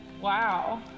wow